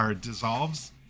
dissolves